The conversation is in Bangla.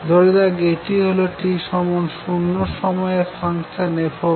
ধরাযাক এটি হল t 0 সময়ে ফাংশন f